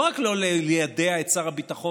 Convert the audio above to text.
לא רק ליידע את שר הביטחון